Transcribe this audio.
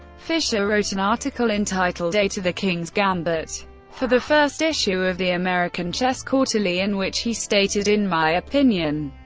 fischer wrote an article entitled a to the king's gambit for the first issue of the american chess quarterly, in which he stated, in my opinion,